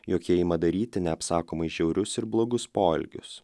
jog jie ima daryti neapsakomai žiaurius ir blogus poelgius